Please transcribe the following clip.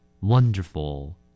Wonderful